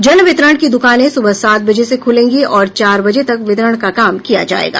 जन वितरण की द्रकानें सूबह सात बजे से खूलेंगी और चार बजे तक वितरण का काम किया जायेगा